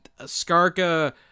Skarka